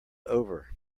over